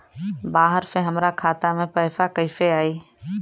बाहर से हमरा खाता में पैसा कैसे आई?